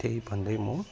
त्यही भन्दै म